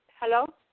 Hello